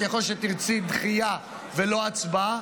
כי יכול להיות שתרצי דחייה ולא הצבעה,